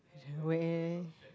and where